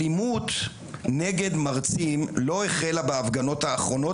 האלימות נגד מרצים לא החלה בהפגנות האחרונות,